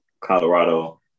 Colorado